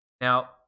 Now